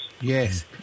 Yes